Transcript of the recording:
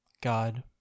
God